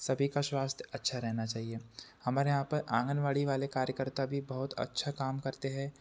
सभी का स्वास्थ्य अच्छी रहना चाहिए हमारे यहाँ पर आंगनवाड़ी वाले कार्यकर्ता भी बहुत अच्छा काम करते हैं